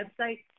website